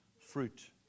fruit